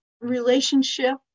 relationship